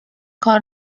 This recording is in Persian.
کار